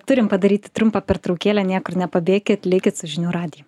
turim padaryti trumpą pertraukėlę niekur nepabėkit likit su žinių radiju